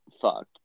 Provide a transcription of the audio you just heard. fuck